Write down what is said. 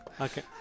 Okay